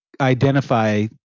identify